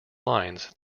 lines